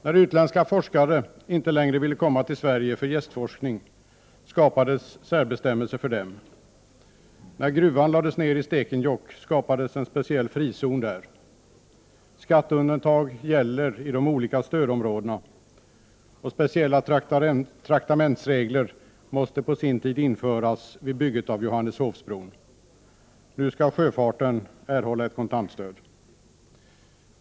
När utländska forskare inte längre ville komma till Sverige för gästforskning skapades särbestämmelser för dem. När gruvan i Stekenjokk lades ner skapades en speciell frizon där. Skatteundantag gäller i de olika stödområdena, och speciella traktamentsregler måste på sin tid införas vid bygget av Johanneshovsbron. Nu skall sjöfarten erhålla ett kontantstöd.